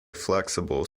flexible